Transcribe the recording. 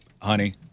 honey